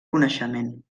coneixement